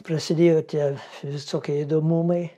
prasidėjo tie visokie įdomumai